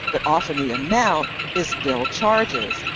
but often the amount is bill charges,